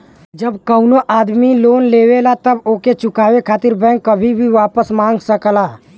जब कउनो आदमी लोन लेवला तब ओके चुकाये खातिर बैंक कभी भी वापस मांग सकला